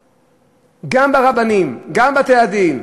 המתמשכת גם ברבנים, גם בבתי-הדין,